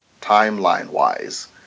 timeline-wise